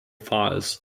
files